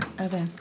Okay